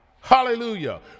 Hallelujah